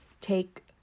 take